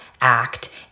act